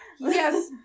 Yes